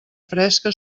fresca